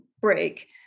break